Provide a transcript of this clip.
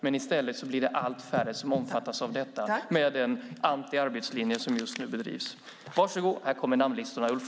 Men i stället blir det allt färre som omfattas av detta med den antiarbetslinje som just nu bedrivs. Varsågod - här kommer namnlistorna, Ulf!